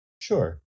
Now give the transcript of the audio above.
Sure